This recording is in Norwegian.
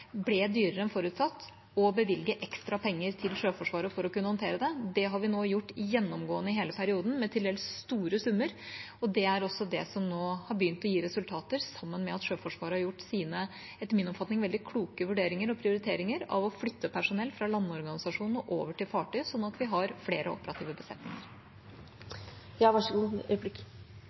ble dyrere enn forutsatt, å bevilge ekstra penger til Sjøforsvaret for å kunne håndtere det. Det har vi nå gjort gjennomgående i hele perioden, med til dels store summer. Det er også det som nå har begynt å gi resultater, sammen med at Sjøforsvaret har gjort sine, etter min oppfatning, veldig kloke vurderinger og prioriteringer ved å flytte personell fra landorganisasjonene og over til fartøyet, slik at vi har flere operative